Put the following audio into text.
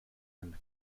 and